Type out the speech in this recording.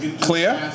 Clear